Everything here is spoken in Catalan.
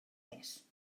mes